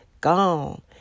gone